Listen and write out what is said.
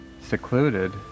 secluded